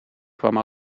kwam